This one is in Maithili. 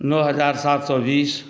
नओ हजार सात सए बीस